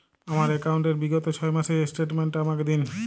আমার অ্যাকাউন্ট র বিগত ছয় মাসের স্টেটমেন্ট টা আমাকে দিন?